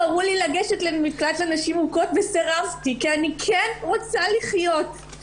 קראו לי לגשת למקלט לנשים מוכות וסירבתי כי אני כן רוצה לחיות,